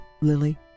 Lily